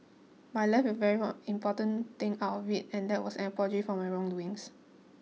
but I left it very one important thing out of it and that was an apology for my wrong doings